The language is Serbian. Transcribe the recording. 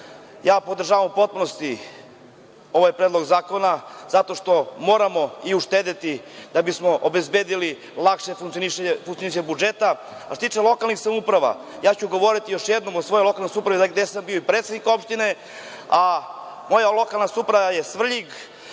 se. Podržavam u potpunosti ovaj Predlog zakona zato što moramo i uštedeti da bismo obezbedili lakše funkcionisanje budžeta. Što se tiče lokalnih samouprava, ja ću govoriti još jednom o svojoj lokalnoj samoupravi gde sam bio predsednik opštine, a moja lokalna samouprava je Svrljig